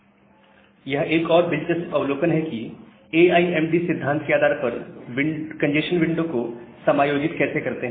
Refer Slide time 1208 neck यह एक और दिलचस्प अवलोकन है कि आप ए आई एम डी सिद्धांत के आधार पर कंजेस्शन विंडो को समायोजित कैसे करते हैं